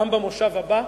גם במושב הבא,